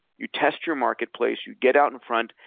you test your marketplace, you get out in front,